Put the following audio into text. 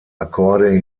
akkorde